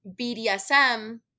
BDSM